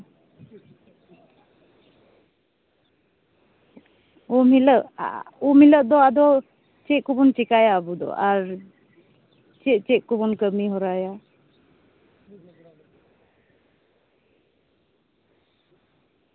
ᱩᱢ ᱦᱤᱞᱟᱹᱜ ᱩᱢ ᱦᱤᱞᱟᱹᱜ ᱫᱚ ᱟᱫᱚ ᱪᱮᱫ ᱠᱚᱵᱚᱱ ᱪᱮᱠᱟᱭᱟ ᱟᱵᱚ ᱫᱚ ᱟᱨ ᱪᱮᱫ ᱪᱮᱫ ᱠᱚᱵᱚᱱ ᱠᱟᱹᱢᱤ ᱦᱚᱨᱟᱭᱟ